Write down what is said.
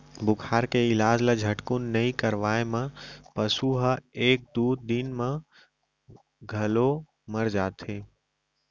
बुखार के इलाज ल झटकुन नइ करवाए म पसु ह एक दू दिन म मर घलौ जाथे